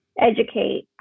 educate